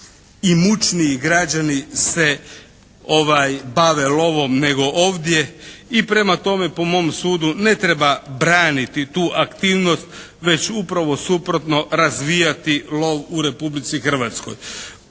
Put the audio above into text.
i mučniji građani se bave lovom nego ovdje. I prema tome, po mom sudu ne treba braniti tu aktivnost već upravo suprotno, razvijati lov u Republici Hrvatskoj.